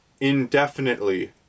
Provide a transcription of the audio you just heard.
indefinitely